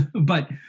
but-